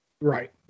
right